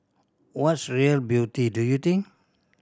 what's real beauty do you think